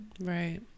Right